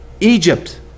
Egypt